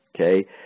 Okay